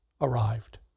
arrived